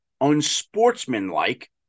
unsportsmanlike